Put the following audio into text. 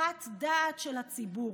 הסחת הדעת של הציבור,